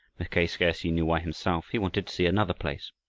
mackay scarcely knew why himself he wanted to see another place.